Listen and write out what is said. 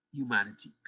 humanity